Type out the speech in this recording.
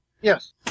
Yes